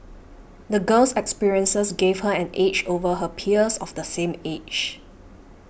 the girl's experiences gave her an edge over her peers of the same age